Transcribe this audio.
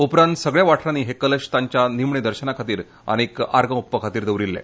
उपरांत सगळ्या वाठारानी हे कलश तांच्या निमण्यां दर्शना खातीर आनी आर्गां ओंपपा खातीर दवरिल्ले